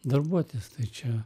darbuotis tai čia